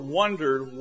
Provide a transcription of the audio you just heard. wondered